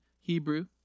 Hebrew